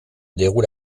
déroule